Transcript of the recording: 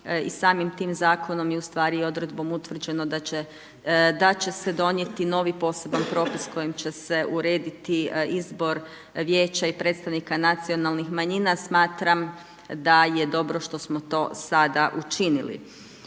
samim tim zakonom i u stvari odredbom utvrđeno da će se donijeti novi poseban propis kojim će se urediti izbor vijeća i predstavnika nacionalnih manjina, smatram da je dobro što smo to sada učinili.